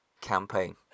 campaign